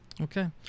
Okay